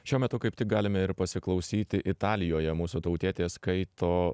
šiuo metu kaip tik galime ir pasiklausyti italijoje mūsų tautietė skaito